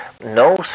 No